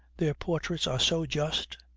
their portraits are so just,